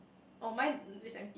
oh mine is empty